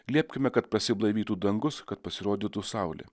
liepkime kad prasiblaivytų dangus kad pasirodytų saulė